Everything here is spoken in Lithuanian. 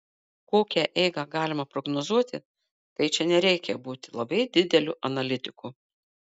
kokią eigą galima prognozuoti tai čia nereikia būti labai dideliu analitiku